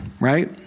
right